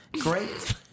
Great